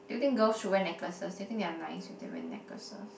do you think girls should wear necklaces do you think they are nice if they wear necklaces